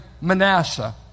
Manasseh